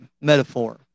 metaphor